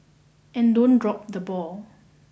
and don't drop the ball